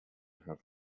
have